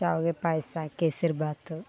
ಶಾವಿಗೆ ಪಾಯಸ ಕೇಸರಿ ಭಾತು